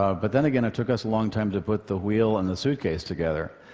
ah but then again, it took us a long time to put the wheel and the suitcase together.